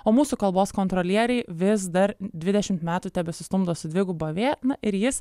o mūsų kalbos kontrolieriai vis dar dvidešimt metų tebesistumdo su dviguba v na ir jis